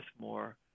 more